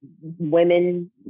women